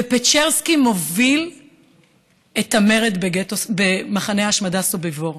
ופצ'רסקי מוביל את המרד במחנה ההשמדה סוביבור.